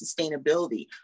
sustainability